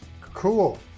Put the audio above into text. Cool